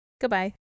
Goodbye